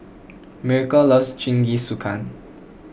Miracle loves Jingisukan